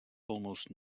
almost